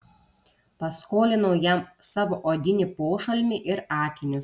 paskolinau jam savo odinį pošalmį ir akinius